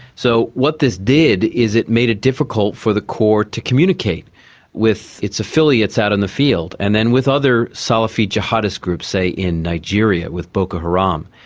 so what this did is it made it difficult for the core to communicate with its affiliates out in the field and then with other salafi-jihadist groups, say in nigeria with boko haram.